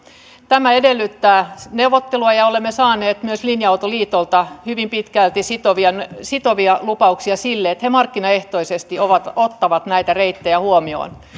tämä edellyttää neuvottelua ja olemme saaneet myös linja autoliitolta hyvin pitkälti sitovia sitovia lupauksia sille että he markkinaehtoisesti ottavat näitä reittejä huomioon